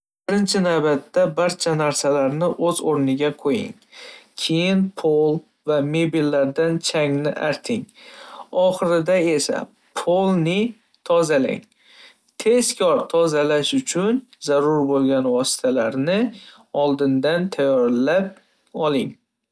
Birinchi navbatda, barcha narsalarni o'z o'rniga qo'ying. Keyin pol va mebellardan changni arting, oxirida esa polni tozalang. Tezkor tozalash uchun zarur bo'lgan vositalarni oldindan tayyorlab oling.